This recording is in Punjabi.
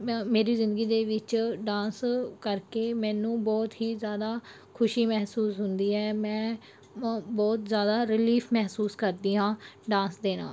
ਮੈਂ ਮੇਰੀ ਜ਼ਿੰਦਗੀ ਦੇ ਵਿੱਚ ਡਾਂਸ ਕਰਕੇ ਮੈਨੂੰ ਬਹੁਤ ਹੀ ਜ਼ਿਆਦਾ ਖੁਸ਼ੀ ਮਹਿਸੂਸ ਹੁੰਦੀ ਹੈ ਮੈਂ ਮ ਬਹੁਤ ਜ਼ਿਆਦਾ ਰਿਲੀਫ ਮਹਿਸੂਸ ਕਰਦੀ ਹਾਂ ਡਾਂਸ ਦੇ ਨਾਲ